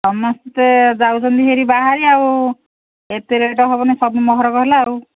ସମସ୍ତେ ଯାଉଛନ୍ତି ହେରି ବାହାରି ଆଉ ଏତେ ରେଟ୍ ହେବନି ସବୁ ମହରକ ହେଲା ଆଉ